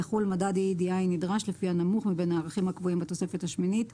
יחול מדד EEDI נדרש לפי הנמוך מבין הערכים הקבועים בתוספת השמינית.